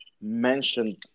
mentioned